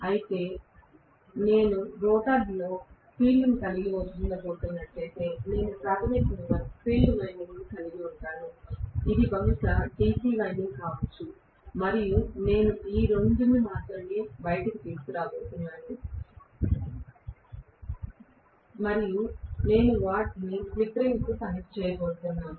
అయితే నేను రోటర్లో ఫీల్డ్ను కలిగి ఉండబోతున్నట్లయితే నేను ప్రాథమికంగా ఫీల్డ్ వైండింగ్ను కలిగి ఉంటాను ఇది బహుశా DC వైండింగ్ కావచ్చు మరియు నేను ఈ 2 ని మాత్రమే బయటకు తీసుకురాబోతున్నాను మరియు నేను వాటిని స్లిప్ రింగ్కు కనెక్ట్ చేయబోతున్నాను